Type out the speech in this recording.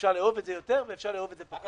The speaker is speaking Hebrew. אפשר לאהוב את זה יותר ואפשר לאהוב את זה פחות.